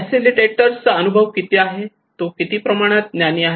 facilitator चा अनुभव किती आहे तो किती प्रमाणात ज्ञानी आहे